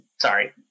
Sorry